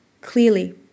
Clearly